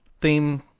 theme